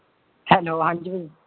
hello ਹਾਂਜੀ